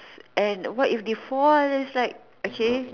and what if they fall is like okay